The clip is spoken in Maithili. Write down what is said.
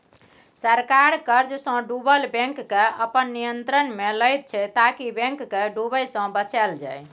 सरकार कर्जसँ डुबल बैंककेँ अपन नियंत्रणमे लैत छै ताकि बैंक केँ डुबय सँ बचाएल जाइ